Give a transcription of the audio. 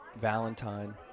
Valentine